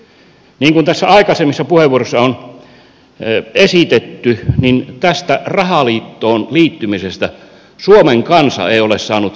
niin kuin tässä aikaisemmissa puheenvuoroissa on esitetty tästä rahaliittoon liittymisestä suomen kansa ei ole saanut sanoa mitään